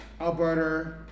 Alberta